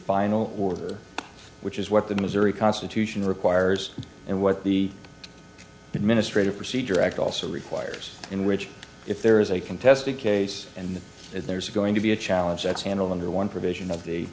final order which is what the missouri constitution requires and what the administrative procedure act also requires in which if there is a contested case and if there's going to be a challenge that's handled under one provision of the